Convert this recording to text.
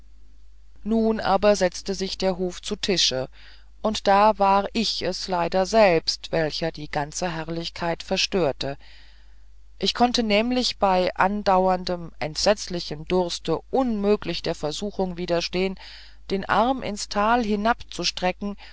nun aber setzte sich der hof zu tische und da war ich es leider selbst welcher die ganze herrlichkeit verstörte ich konnte nämlich bei andauerndem entsetzlichem durste unmöglich der versuchung widerstehn den arm ins tal hinabzustrecken